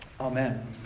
Amen